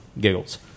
giggles